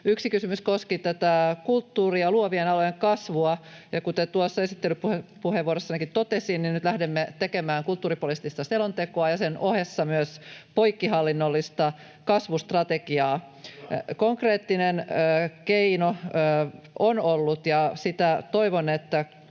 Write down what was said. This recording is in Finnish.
Yksi kysymys koski kulttuurin ja luovien alojen kasvua. Kuten tuossa esittelypuheenvuorossanikin totesin, niin nyt lähdemme tekemään kulttuuripoliittista selontekoa ja sen ohessa myös poikkihallinnollista kasvustrategiaa. Konkreettinen keino on ollut — ja toivon, että